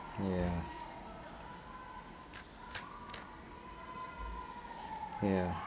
ya ya